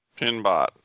Pinbot